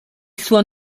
suo